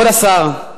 כבוד השר,